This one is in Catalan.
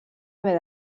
haver